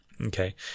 Okay